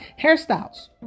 Hairstyles